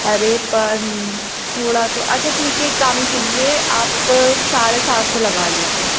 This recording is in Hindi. अरे पर थोड़ा तो अच्छा ठीक है एक काम कीजिए आप साढ़े सात सौ लगा लीजिए